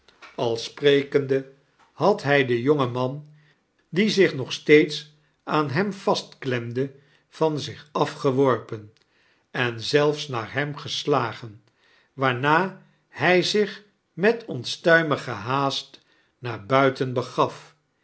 al sprekende had hij den jongen man die zich hog steeds aan hem vastklemde van zich afgeworpen en zelfs naar hem geslagen waarna hij zich met onstuimigen haast naar buiteri begaf